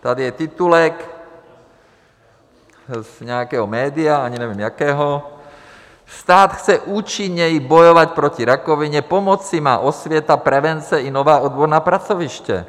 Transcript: Tady je titulek z nějakého média, ani nevím, jakého: Stát chce účinněji bojovat proti rakovině, pomoci má osvěta, prevence i nová odborná pracoviště.